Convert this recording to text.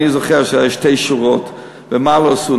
אני זוכר שהיו שתי שורות, ומה לא עשו?